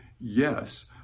yes